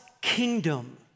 kingdom